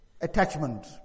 attachment